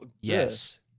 yes